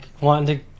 wanting